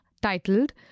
titled